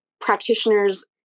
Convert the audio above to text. practitioners